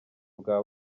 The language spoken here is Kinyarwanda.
bwa